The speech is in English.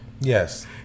Yes